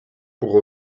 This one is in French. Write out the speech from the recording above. pour